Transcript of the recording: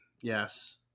Yes